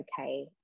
okay